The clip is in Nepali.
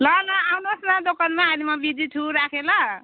ल ल आउनुहोस् न दोकानमा अहिले म बिजी छु राखेँ ल